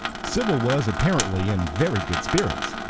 sybil was apparently in very good spirits.